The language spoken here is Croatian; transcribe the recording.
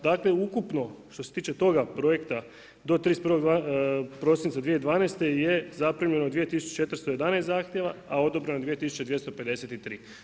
Dakle, ukupno što se tiče toga projekta do 31. prosinca 2012. je zaprimljeno 2411 zahtjeva, a odobreno 2253.